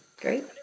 Great